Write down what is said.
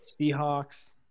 Seahawks